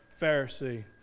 Pharisee